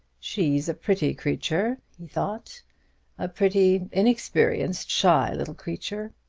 she's a pretty creature, he thought a pretty, inexperienced, shy little creature.